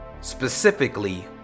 specifically